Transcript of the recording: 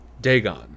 Dagon